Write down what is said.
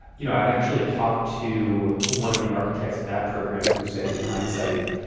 you know, i've actually talked to one of the architects of that program who said in hindsight,